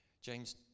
James